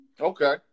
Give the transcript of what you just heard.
Okay